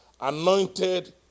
anointed